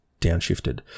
downshifted